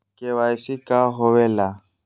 KYC का होवेला?